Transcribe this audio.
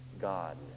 God